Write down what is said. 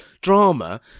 drama